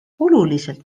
oluliselt